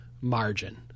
margin